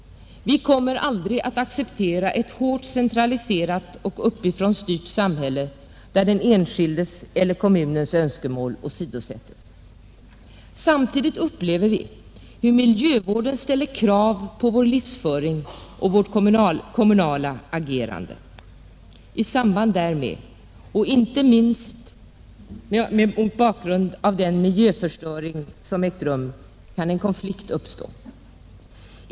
Vi kommer aldrig att acceptera ett hårt centraliserat, uppifrån styrt samhälle, där den enskildes eller kommunens önskemål åsidosättes. Samtidigt upplever vi hur miljövården ställer krav på vår livsföring och på vårt kommunala agerande. I samband därmed och inte minst mot bakgrunden av den miljöförstöring som har ägt rum kan en konflikt uppstå.